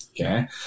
Okay